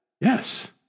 Yes